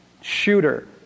Shooter